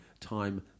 time